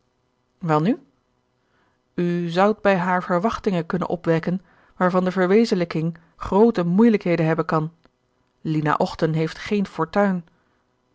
u zoudt bij haar verwachtingen kunnen opwekken waarvan de verwezenlijking groote moeielijkheden hebben kan lina ochten heeft geen fortuin